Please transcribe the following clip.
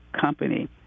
company